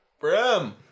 Brim